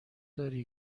داری